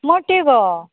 मोट्यो गो